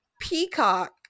Peacock